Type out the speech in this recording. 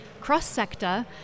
cross-sector